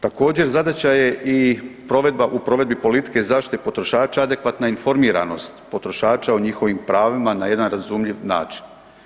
Također, zadaća je i u provedbi politike zaštite potrošača adekvatna informiranost potrošača o njihovim pravima na jedan razumljiv način.